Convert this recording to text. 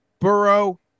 Burrow